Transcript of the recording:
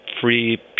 free